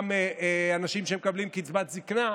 גם אנשים שמקבלים קצבת זקנה,